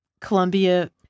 Colombia